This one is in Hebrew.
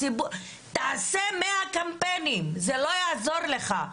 תעשה מאה קמפיינים, זה לא יעזור לך.